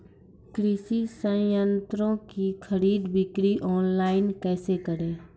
कृषि संयंत्रों की खरीद बिक्री ऑनलाइन कैसे करे?